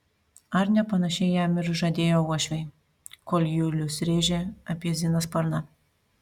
ar ne panašiai jam ir žadėjo uošviai kol julius rėžė apie ziną sparną